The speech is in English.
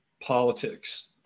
politics